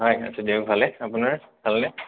হয় আছোঁ দিয়ক ভালে আপোনাৰ ভালনে